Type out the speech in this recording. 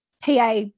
PA